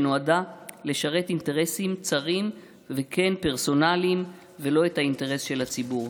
שנועדה לשרת אינטרסים צרים ופרסונליים ולא את האינטרס של הציבור.